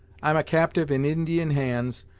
i'm a captyve in indian hands,